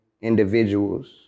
individuals